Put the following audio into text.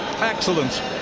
Excellent